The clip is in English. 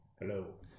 Hello